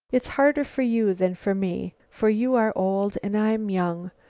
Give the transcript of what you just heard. it's harder for you than for me, for you are old and i'm young,